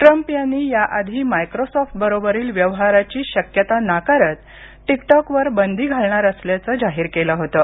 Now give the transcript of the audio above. Trump यांनी याआधी मायक्रोसॉफ्टबरोबरील व्यवहाराची शक्यता नाकारत टिक टॉक वर बंदी घालणार असल्याचं जाहीर केलं होतं